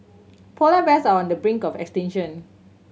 polar bears are on the brink of extinction